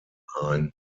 ein